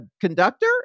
conductor